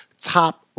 top